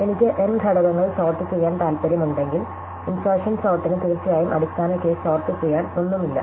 എനിക്ക് n ഘടകങ്ങൾ sort ചെയ്യാൻ താൽപ്പര്യമുണ്ടെങ്കിൽ ഇന്സേര്ഷേൻ സോര്ടിനു തീർച്ചയായും അടിസ്ഥാന കേസ് സോർട്ട് ചെയ്യാൻ ഒന്നുമില്ല